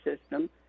system